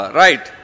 right